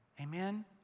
Amen